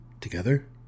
Together